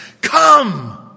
Come